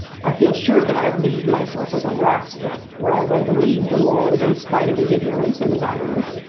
i feel sure that i have leagued myself with a rascal, whereas i believe the lord, in spite of his ignorance and his idleness,